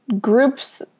groups